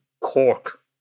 Cork